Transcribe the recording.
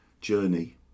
journey